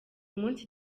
munsi